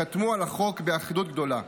חתמו על החוק באחדות גדולה.